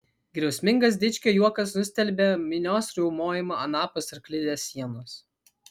griausmingas dičkio juokas nustelbė minios riaumojimą anapus arklidės sienos